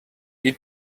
you